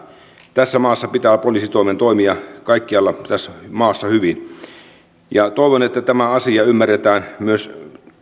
tässä maassa pitää poliisitoimen toimia kaikkialla hyvin toivon että tämä asia ymmärretään myös